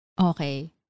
Okay